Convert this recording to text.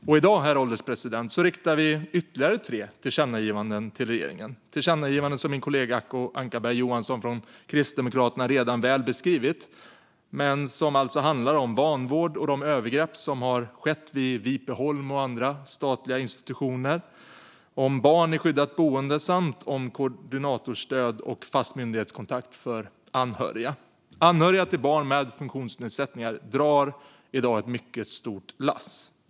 I dag, herr ålderspresident, föreslår utskottet ytterligare tre tillkännagivanden till regeringen, tillkännagivanden som min kollega Acko Ankarberg Johansson från Kristdemokraterna redan väl beskrivit men som alltså handlar om den vanvård och de övergrepp som skett vid Vipeholm och andra statliga institutioner, om barn i skyddat boende samt om koordinatorstöd och fast myndighetskontakt för anhöriga. Anhöriga till barn med funktionsnedsättningar drar i dag ett mycket stort lass.